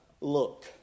look